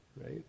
right